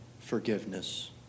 forgiveness